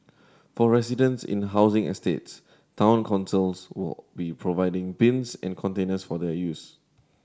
for residents in housing estates town councils will be providing bins and containers for their use